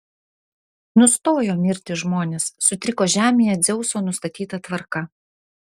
nustojo mirti žmonės sutriko žemėje dzeuso nustatyta tvarka